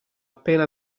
appena